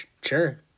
Sure